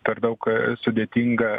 per daug sudėtinga